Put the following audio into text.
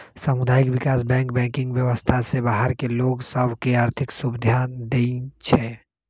सामुदायिक विकास bank banking व्यवस्था से बाहर के लोग सभ के आर्थिक सुभिधा देँइ छै